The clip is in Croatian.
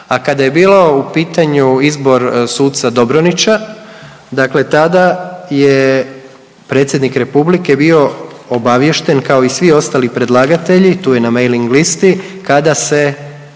a kada je bilo u pitanju izbor suca Dobronića, dakle tada je predsjednik Republike bio obaviješten, kao i svi ostali predlagatelji, tu je na mailing lista, kada se